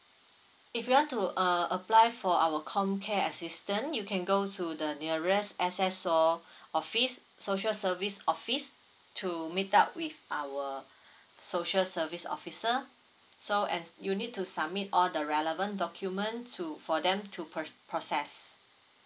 if you want to uh apply for our comcare assistance you can go to the nearest S_S_O office social service office to meet up with our social service officer so and you need to submit all the relevant document to for them to pr~ process